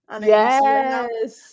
Yes